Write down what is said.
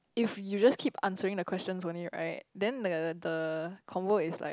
if you just keep answering the questions only right then the the convo is like